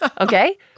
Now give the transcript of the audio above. Okay